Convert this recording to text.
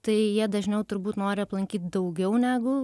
tai jie dažniau turbūt nori aplankyt daugiau negu